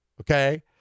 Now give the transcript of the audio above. Okay